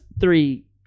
three